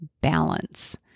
balance